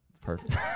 perfect